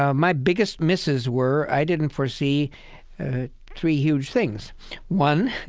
um my biggest misses were i didn't foresee three huge things one,